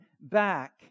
back